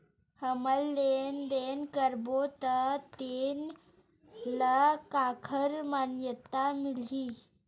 हमन लेन देन करबो त तेन ल काखर मान्यता मिलही?